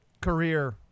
career